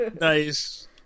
nice